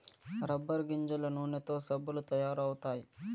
rubber గింజల నూనెతో సబ్బులు తయారు అవుతాయి